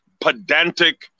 pedantic